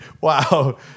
Wow